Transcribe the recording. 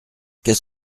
qu’est